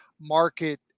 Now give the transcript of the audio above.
market